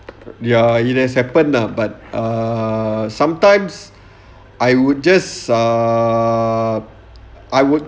ya it has happened lah but err sometimes I would just err I would